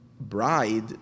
bride